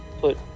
put